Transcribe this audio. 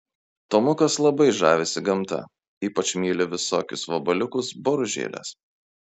tomukas labai žavisi gamta ypač myli visokius vabaliukus boružėles